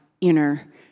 inner